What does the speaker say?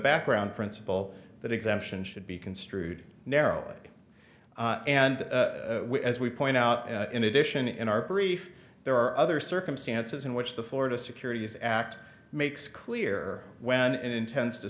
background principle all that exemption should be construed narrower and as we point out in addition in our brief there are other circumstances in which the florida securities act makes clear when it intends to